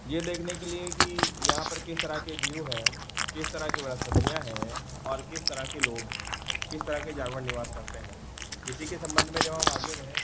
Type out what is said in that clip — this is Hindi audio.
यह देखने के लिए कि यहाँ पर किस तरह के जीव हैं किस तरह की वनस्पतियाँ हैं और किस तरह के लोग किस तरह के जानवर निवास करते हैं इसी के सम्बन्ध में जब हम आगे बढ़े